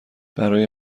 برای